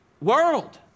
world